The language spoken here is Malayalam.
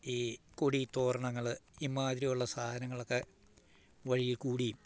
ഈ കൊടി തോരണങ്ങൾ ഇമ്മാതിരിയുള്ള സാധനങ്ങളൊക്കെ വഴിയിൽക്കൂടിയും